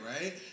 right